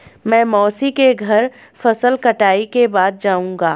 मैं मौसी के घर फसल कटाई के बाद जाऊंगा